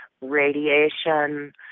radiation